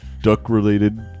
duck-related